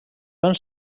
van